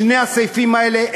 שני הסעיפים האלה,